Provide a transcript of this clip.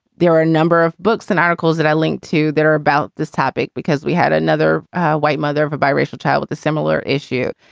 there are a number of books and articles that i linked to that are about this topic because we had another white mother of a biracial child with a similar issue.